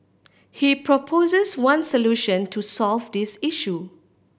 he proposes one solution to solve this issue